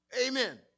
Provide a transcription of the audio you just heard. Amen